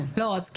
אני מדגישה,